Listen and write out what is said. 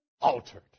altered